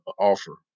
offer